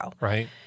Right